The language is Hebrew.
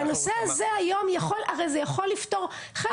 והנושא הזה היום הרי יכול לפתור חלק לא קטן מהבעיות.